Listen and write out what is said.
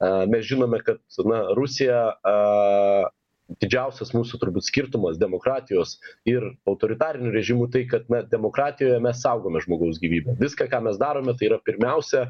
a mes žinome kad na rusija a didžiausias mūsų turbūt skirtumas demokratijos ir autoritarinių režimų tai kad na demokratijoje mes saugome žmogaus gyvybę viską ką mes darome tai yra pirmiausia